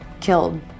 killed